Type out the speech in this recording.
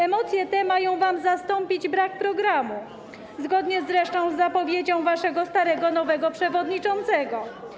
Emocje te mają wam zastąpić brak programu, zgodnie zresztą z zapowiedzią waszego starego, nowego przewodniczącego.